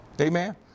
Amen